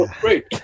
Great